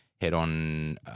head-on